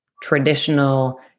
traditional